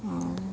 ହଉ